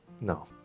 No